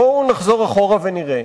בואו נחזור אחורה ונראה.